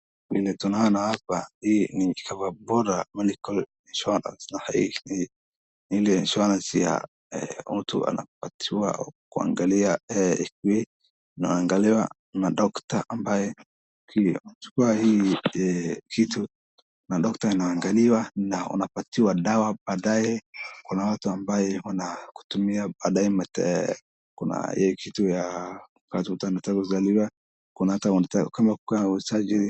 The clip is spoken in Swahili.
Vile tunaona hapa hii ni coverbora medical insurance ni ile insurance ya mtu anapatiwa kuangalia, unaangaliwa na doctor ambaye, ukichukua hii kitu, na [cd]doctor anaangalia na unapatiwa dawa, baadae kuna watu ambao wanakutumia baadae kuna hii kitu ya kuzaliwa.